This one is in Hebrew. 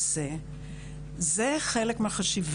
אנשים נפצעו, שניים מהם מתו הבן שלי ובן השכנים.